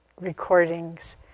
recordings